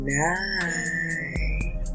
night